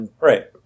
Right